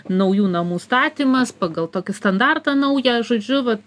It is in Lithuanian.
naujų namų statymas pagal tokį standartą naują žodžiu vat